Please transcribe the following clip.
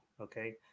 okay